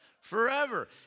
Forever